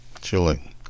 Chilling